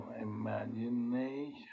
imagination